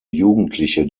jugendliche